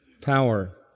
power